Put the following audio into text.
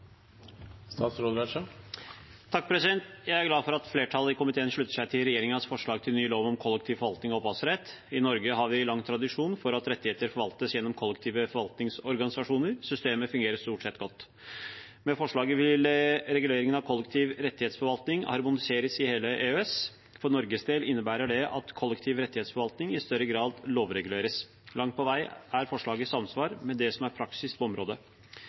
komiteen slutter seg til regjeringens forslag til ny lov om kollektiv forvaltning av opphavsrett. I Norge har vi lang tradisjon for at rettigheter forvaltes gjennom kollektive forvaltningsorganisasjoner. Systemet fungerer stort sett godt. Med forslaget vil reguleringen av kollektiv rettighetsforvaltning harmoniseres i hele EØS. For Norges del innebærer det at kollektiv rettighetsforvaltning i større grad lovreguleres. Langt på vei er forslaget i samsvar med det som er praksis på området.